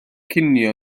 cinio